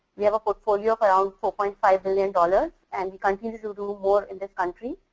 we have a portfolio for around four point five billion dollars and we continue to so do more in this country.